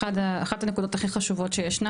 אחת הנקודות הכי חשובות שיש.